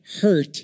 hurt